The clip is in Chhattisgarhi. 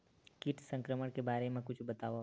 कीट संक्रमण के बारे म कुछु बतावव?